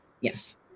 yes